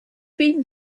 been